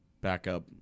backup